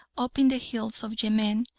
up in the hills of yemen,